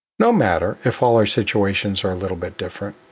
no matter if all our situations are a little bit different.